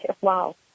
wow